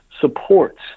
supports